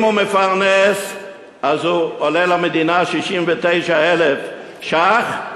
אם הוא מפרנס אז הוא עולה למדינה 69,000 ש"ח,